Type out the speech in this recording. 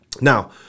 Now